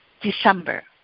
December